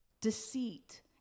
deceit